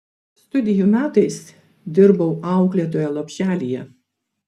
studijų metais dirbau auklėtoja lopšelyje